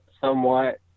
somewhat